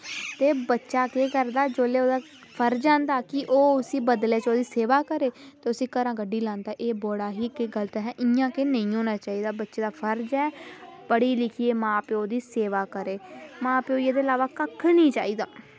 ते बच्चा केह् करदा जेल्लै ओह्दा फर्ज़ होंदा कि उसदी बदलै च ओह्दी सेवा करै ते उसी घरा कड्ढी लांदा एह् बड़ा ही इक्क गलत ऐ इंया कि नेईं होना चाहिदा कि बच्चे दा इक्क फर्ज़ ऐ की पढ़ी लिखियै मां प्यो दी सेवा करै मां प्यो गी एह्दे इलावा कक्ख निं चाहिदा